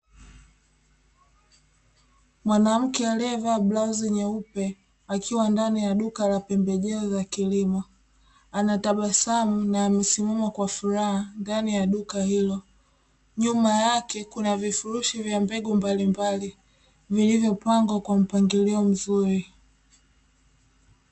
Mwanamke aliyevaa blausi nyeupe akiwa ndani ya duka la pembejeo za kilimo, anatabasamu na amesimama kwa furaha ndani ya duka hilo, nyuma yake kuna vifurushi vya mbegu mbalimbali vilivyopangwa kwa mpangilio mzuri.